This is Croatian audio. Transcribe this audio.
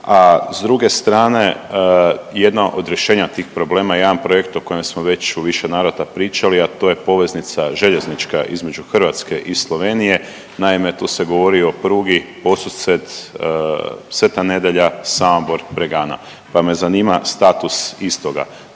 a s druge strane jedno od rješenja tih problema, jedan projekt o kojem smo već u više navrata pričali a to je poveznica željeznička između Hrvatske i Slovenije. Naime, tu se govori o prugi Podsused – Sveta Nedjelja – Samobor – Bregana pa me zanima status istoga.